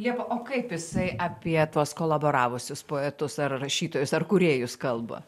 liepa o kaip jisai apie tuos kolaboravusius poetus ar rašytojus ar kūrėjus kalba